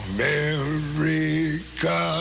America